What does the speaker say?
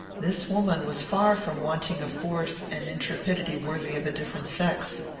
this woman was far from wanting a force and intrepidity worthy of a different sex.